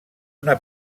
una